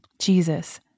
Jesus